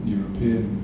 European